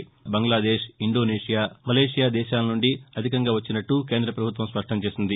Malaysia Bangladesh Indonesia Malaysia దేశాలనుంచి అధికంగా వచ్చినట్లు కేంద్ర పభుత్వం స్పష్టం చేసింది